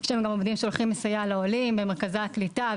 יש לנו גם עובדים שהולכים לסייע לעולים במרכזי הקליטה,